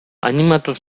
animatu